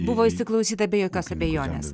buvo įsiklausyta be jokios abejonės